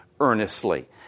earnestly